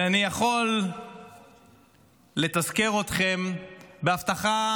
ואני יכול לתזכר אתכם בהבטחה